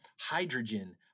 hydrogen